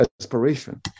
aspiration